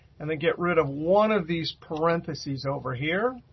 and then get rid of one of these parentheses over here.